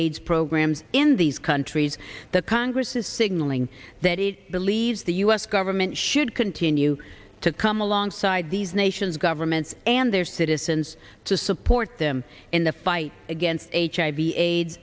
aids programs in these countries the congress is signaling that it believes the u s government should continue to come alongside these nations governments and their citizens to support them in the fight against hiv aids